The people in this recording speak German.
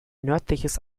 nördliches